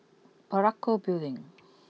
Parakou Building